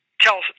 tell